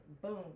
Boom